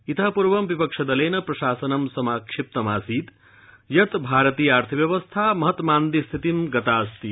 इत पूर्व विपक्षिदलेन प्रशासनं समाक्षिप्तमासीत् यत् भारतीयार्थव्यवस्था महत्मान्द्यस्थितिं गतास्ति